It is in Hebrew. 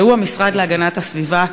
הוא המשרד להגנת הסביבה,